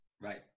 Right